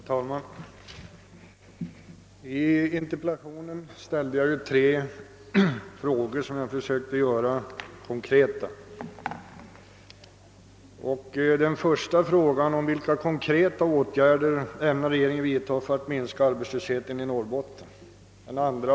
Herr talman! I min interpellation ställde jag tre frågor, som jag försökte konkretisera, nämligen följande: 1. Vilka konkreta åtgärder ämnar regeringen nu vidtaga för att minska arbetslösheten i Norrbotten? 2.